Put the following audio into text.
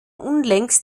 unlängst